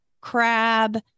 crab